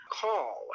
call